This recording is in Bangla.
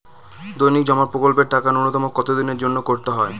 দৈনিক জমা প্রকল্পের টাকা নূন্যতম কত দিনের জন্য করতে হয়?